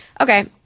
Okay